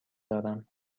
دارم